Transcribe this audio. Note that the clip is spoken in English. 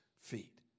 feet